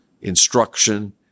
instruction